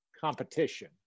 competition